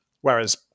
whereas